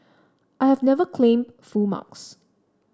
I have never claimed full marks